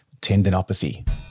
tendinopathy